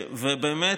ובאמת,